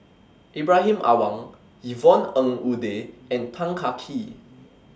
Ibrahim Awang Yvonne Ng Uhde and Tan Kah Kee